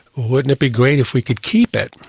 wouldn't it be great if we could keep it?